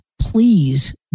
Please